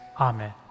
Amen